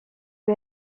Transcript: lui